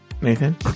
Nathan